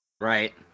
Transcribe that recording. Right